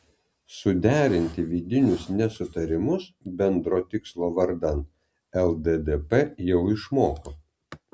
suderinti vidinius nesutarimus bendro tikslo vardan lddp jau išmoko